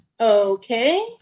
Okay